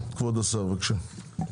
כבוד השר, בבקשה.